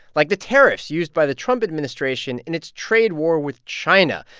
like the tariffs used by the trump administration in its trade war with china,